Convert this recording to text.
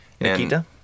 Nikita